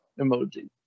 emoji